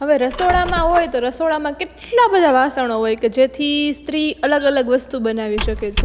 હવે રસોડામાં હોય તો રસોડામાં કેટલાં બધાં વાસણો હોય કે જેથી સ્ત્રી અલગ અલગ વસ્તુ બનાવી શકે છે